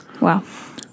Wow